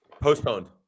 Postponed